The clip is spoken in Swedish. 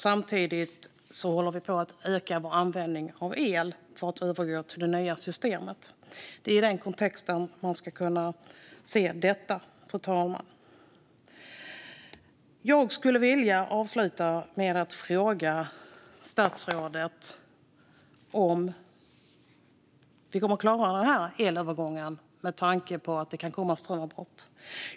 Samtidigt ökar vi vår användning av el för att övergå till det nya systemet. Det är i den kontexten man ska se detta, fru talman. Jag skulle vilja avsluta med att fråga statsrådet om vi kommer att klara den elövergången, med tanke på att det kan komma strömavbrott.